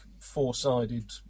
four-sided